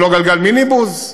ולא גלגל מיניבוס.